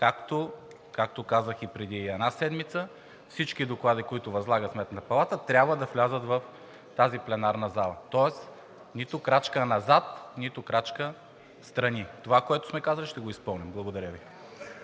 както казах и преди една седмица, всички доклади, които възлага Сметна палата, трябва да влязат в тази пленарна зала, тоест нито крачка назад, нито кратка встрани. Това, което сме казали, ще го изпълним. Благодаря Ви.